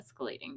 escalating